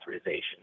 authorization